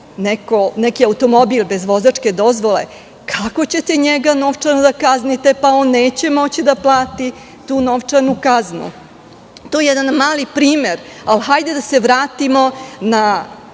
neki automobil bez vozačke dozvole, kako ćete njega novčano kazniti? On neće moći da plati tu novčanu kaznu. To je jedan primer. Hajde da se vratimo na